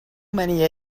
many